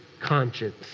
conscience